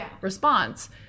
response